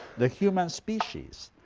the human species,